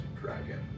dragon